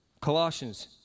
Colossians